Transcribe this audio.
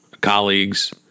colleagues